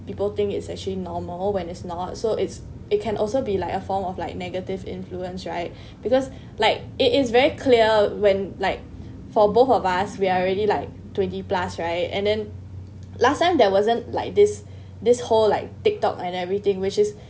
people think it's actually normal when it's not so it's it can also be like a form of like negative influence right because like it is very clear when like for both of us we are already like twenty plus right and then last time there wasn't like this this whole like tiktok and everything which is